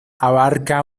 abarca